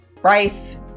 Bryce